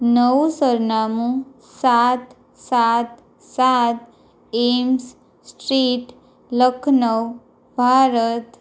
નવું સરનામું સાત સાત સાત એમ્સ સ્ટ્રીટ લખનઉ ભારત